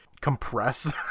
compress